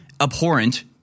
abhorrent